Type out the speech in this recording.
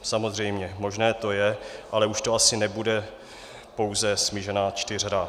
Samozřejmě možné to je, ale už to asi nebude pouze smíšená čtyřhra.